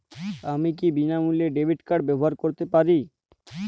আমি কি বিনামূল্যে ডেবিট কার্ড ব্যাবহার করতে পারি?